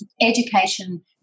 education